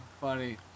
Funny